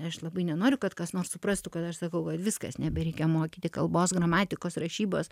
aš labai nenoriu kad kas nors suprastų kad aš sakau kad viskas nebereikia mokyti kalbos gramatikos rašybos